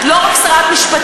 את לא רק שרת משפטים,